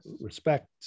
respect